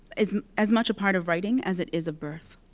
is as much a part of writing as it is of birth.